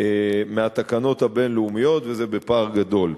מהתקנות הבין-לאומיות, ובפער גדול.